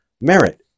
merit